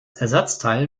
ersatzteil